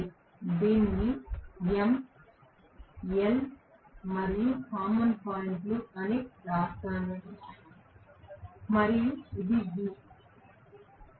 నేను దీనిని M L మరియు కామన్ పాయింట్ అని వ్రాస్తాను మరియు ఇది V